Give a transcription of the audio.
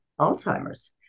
Alzheimer's